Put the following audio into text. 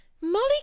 Molly